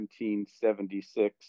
1776